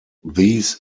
these